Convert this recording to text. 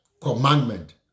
commandment